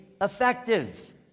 effective